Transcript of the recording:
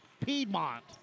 Piedmont